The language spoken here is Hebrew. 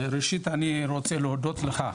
ראשית אני רוצה להודות לך,